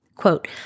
Quote